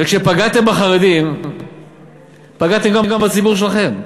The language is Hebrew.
וכשפגעתם בחרדים פגעתם גם בציבור שלכם,